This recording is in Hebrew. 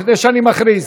לפני שאני מכריז.